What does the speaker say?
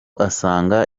asanga